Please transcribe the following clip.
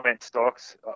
stocks